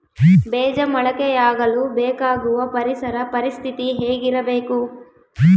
ಬೇಜ ಮೊಳಕೆಯಾಗಲು ಬೇಕಾಗುವ ಪರಿಸರ ಪರಿಸ್ಥಿತಿ ಹೇಗಿರಬೇಕು?